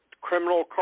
criminal